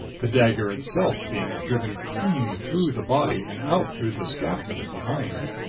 the dagger itself being driven clean through the body, and out through the scapula behind.